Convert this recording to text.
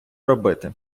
робити